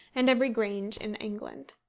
and every grange in england.